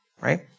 right